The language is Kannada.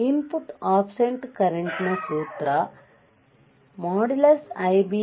ಇನ್ಪುಟ್ ಆಫ್ಸೆಟ್ ಕರೆಂಟ್ನ ಸೂತ್ರ |Ib1 Ib2 |